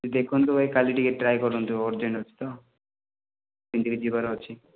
ଦେଖନ୍ତୁ ଭାଇ କାଲି ଟିକେ ଟ୍ରାଏ କରନ୍ତୁ ଅର୍ଜେଣ୍ଟ୍ ଅଛି ତ ପିନ୍ଧିକି ଯିବାର ଅଛି